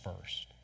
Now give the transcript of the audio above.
first